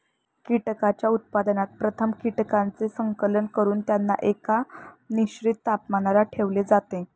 कीटकांच्या उत्पादनात प्रथम कीटकांचे संकलन करून त्यांना एका निश्चित तापमानाला ठेवले जाते